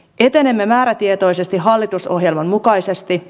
etenemme määrätietoisesti hallitusohjelman mukaisesti